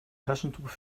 taschentuch